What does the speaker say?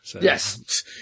Yes